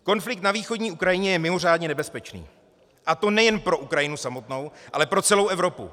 Konflikt na východní Ukrajině je mimořádně nebezpečný, a to nejen pro Ukrajinu samotnou, ale pro celou Evropu.